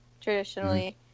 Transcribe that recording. traditionally